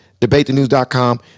Debatethenews.com